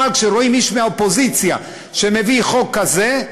אבל כשרואים איש מהאופוזיציה שמביא חוק כזה,